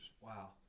Wow